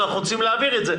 אנחנו רוצים להעביר את זה,